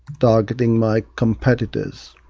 targeting my competitors.